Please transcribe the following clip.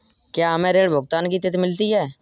क्या हमें ऋण भुगतान की तिथि मिलती है?